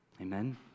Amen